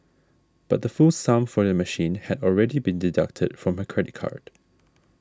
but the full sum for a machine had already been deducted from her credit card